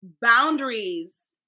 boundaries